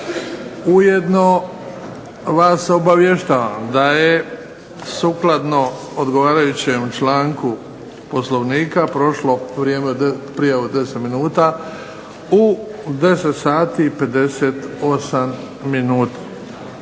Ujedno vas obavještavam da je sukladno odgovarajućem članku Poslovnika prošlo vrijeme za prijavu od 10 minuta u 10,58 sati.